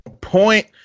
Point